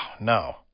no